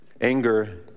Anger